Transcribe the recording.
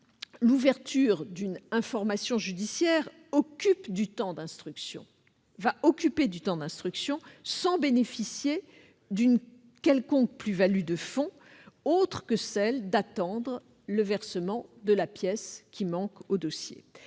l'ouverture d'une information judiciaire va occuper du temps d'instruction sans bénéficier d'une quelconque plus-value de fond autre que celle d'attendre le versement de la pièce manquant au dossier.